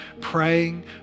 Praying